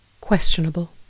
Questionable